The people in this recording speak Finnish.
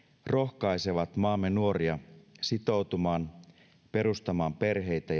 rohkaisevat maamme nuoria sitoutumaan perustamaan perheitä